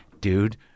dude